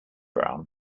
brown